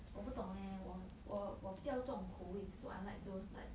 我不懂 leh 我我比较重口味 so I like those like